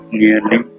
nearly